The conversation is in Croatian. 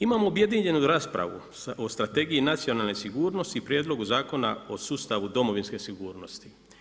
Imamo objedinjenu raspravu o Strategiji nacionalne sigurnosti, Prijedlogu zakona o sustavu domovinske sigurnosti.